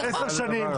10 שנים?